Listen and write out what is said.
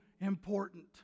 important